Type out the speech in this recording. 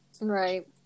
Right